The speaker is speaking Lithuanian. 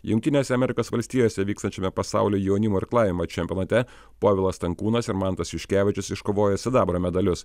jungtinėse amerikos valstijose vykstančiame pasaulio jaunimo irklavimo čempionate povilas stankūnas ir mantas juškevičius iškovojo sidabro medalius